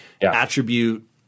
attribute